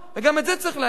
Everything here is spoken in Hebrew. וגם את זה צריך להגיד,